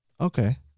Okay